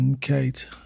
Kate